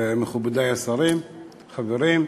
מכובדי השרים, חברים,